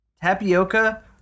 tapioca